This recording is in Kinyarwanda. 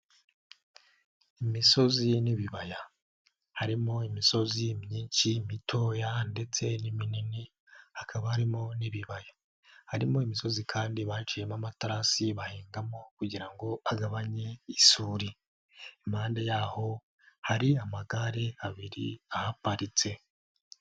Imisozi ye n'ibibaya harimo imisozi myinshi mitoya ndetse n'iminini, hakaba harimo n'ibibaya harimo imisozi, kandi baciyemo amaterasi bahingamo kugira ngo agabanye isuri, impande yaho hari amagare abiri ahaparitse.